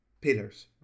pillars